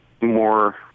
more